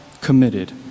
committed